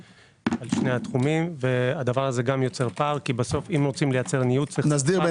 בשני התחומים וגם זה יוצר פער כי אם רוצים ליצר ניוד,